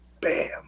bam